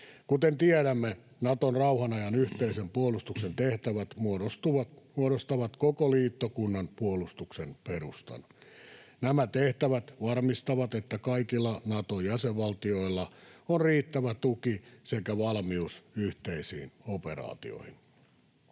Kuten tiedämme, Naton rauhan ajan yhteisen puolustuksen tehtävät muodostavat koko liittokunnan puolustuksen perustan. Nämä tehtävät varmistavat, että kaikilla Nato-jäsenvaltioilla on riittävä tuki sekä valmius yhteisiin operaatioihin.